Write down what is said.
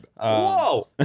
Whoa